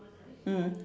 mm